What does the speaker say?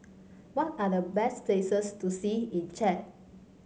what are the best places to see in Chad